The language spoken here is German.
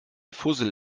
fussel